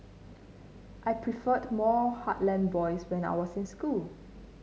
I preferred more heartland boys when I was in school